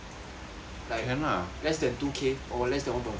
like less than two K or less than one point five K